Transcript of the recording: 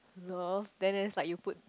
love then then it's like you put